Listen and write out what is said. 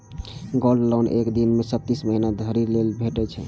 gold loan एक दिन सं छत्तीस महीना धरि लेल भेटै छै